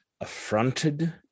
affronted